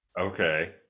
Okay